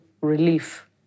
relief